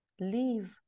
leave